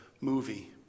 movie